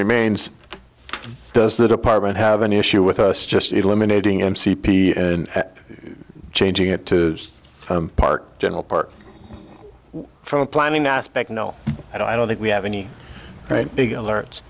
remains does the department have an issue with us just eliminating m c p and changing it to park general park from a planning aspect no i don't think we have any big alerts